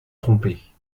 trompée